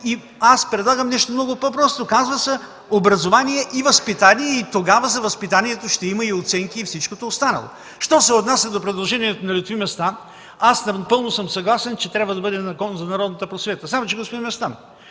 Аз предлагам нещо много по-просто – да се каже „образование и възпитание” и тогава за възпитанието ще има и оценки, и всичко останало. Що се отнася до предложението на Лютви Местан, аз съм напълно съгласен, че трябва да бъде „Закон за народната просвета”. Господин Местан,